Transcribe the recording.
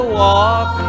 walk